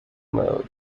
mode